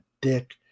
dick